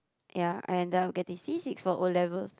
ya I end up getting C six for O-levels